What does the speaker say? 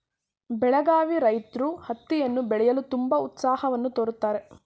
ಬೆಳಗಾವಿ ರೈತ್ರು ಹತ್ತಿಯನ್ನು ಬೆಳೆಯಲು ತುಂಬಾ ಉತ್ಸಾಹವನ್ನು ತೋರುತ್ತಾರೆ